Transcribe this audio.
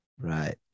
Right